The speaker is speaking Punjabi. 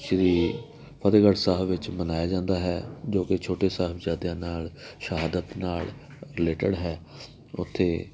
ਸ੍ਰੀ ਫਤਿਹਗੜ੍ਹ ਸਾਹਿਬ ਵਿੱਚ ਮਨਾਇਆ ਜਾਂਦਾ ਹੈ ਜੋ ਕਿ ਛੋਟੇ ਸਾਹਿਬਜ਼ਾਦਿਆਂ ਨਾਲ ਸ਼ਹਾਦਤ ਨਾਲ ਰਿਲੇਟਡ ਹੈ ਉੱਥੇ